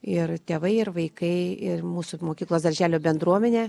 ir tėvai ir vaikai ir mūsų mokyklos darželio bendruomenė